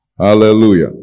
Hallelujah